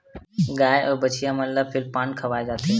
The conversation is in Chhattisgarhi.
गाय अउ बछिया मन ल फीप्लांट खवाए जाथे